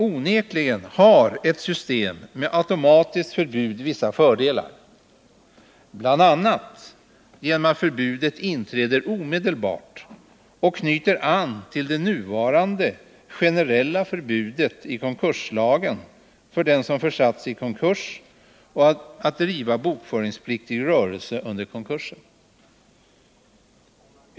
Onekligen har ett system med automatiskt förbud vissa fördelar, bl.a. genom att förbudet inträder omedelbart och knyter an till det nuvarande generella förbudet i konkurslagen för den som försatts i konkurs att driva bokföringspliktig rörelse under konkursen.